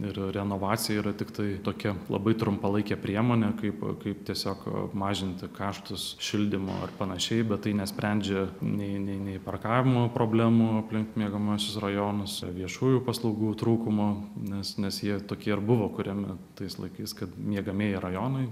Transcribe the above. ir renovacija yra tiktai tokia labai trumpalaikė priemonė kaip kaip tiesiog mažinti kaštus šildymo ar panašiai bet tai nesprendžia nei nei nei parkavimo problemų aplink miegamuosius rajonus viešųjų paslaugų trūkumo nes nes jie tokie ir buvo kuriami tais laikais kad miegamieji rajonai